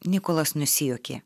nikolas nusijuokė